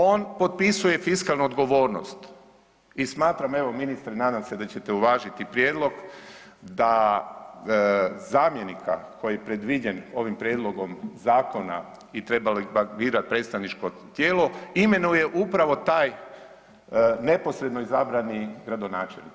On potpisuje fiskalnu odgovornost i smatram, evo ministre nadam se da ćete uvažiti prijedlog da zamjenika koji je predviđen ovim prijedlogom zakona i trebalo bi ga birati predstavničko tijelo, imenuje upravo taj neposredno izabrani gradonačelnik.